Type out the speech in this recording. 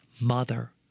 Mother